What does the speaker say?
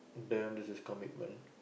them this is commitment